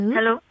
Hello